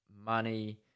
money